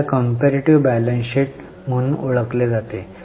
याला comparative balance sheet म्हणून ओळखले जाते